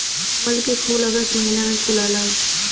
कमल के फूल अगस्त महिना में फुलला